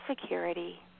security